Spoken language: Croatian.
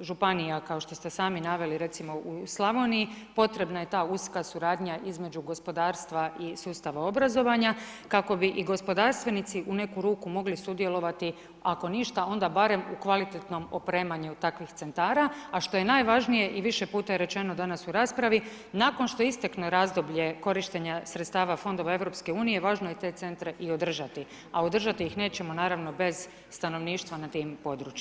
županija kao što ste sami naveli recimo u Slavoniji, potrebna je ta uska suradnja između gospodarstva i sustava obrazovanja kako bi i gospodarstvenici u neku ruku mogli sudjelovati ako ništa onda barem u kvalitetnom opremanju takvih centara a što je najvažnije, i više puta je rečeno danas u raspravi, nakon što istekne razdoblje korištenja sredstava fondova EU-a, važno je te centre i održati, a održati ih nećemo naravno bez stanovništva na tim područjima.